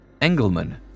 Engelman